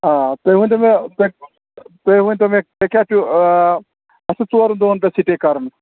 آ تُہۍ ؤنۍتو مےٚ تۅہہِ تُہۍ ؤنۍتَو مےٚ تۅہہِ کیٛاہ چھُو اَسہِ چھُ ژورَن دۄہن پٮ۪ٹھ سِٹے کَرُن